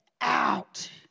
out